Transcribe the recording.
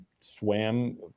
swam